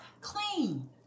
clean